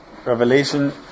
Revelation